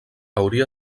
hauria